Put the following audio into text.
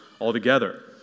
altogether